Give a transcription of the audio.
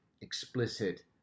explicit